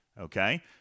okay